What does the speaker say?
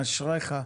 אשריך.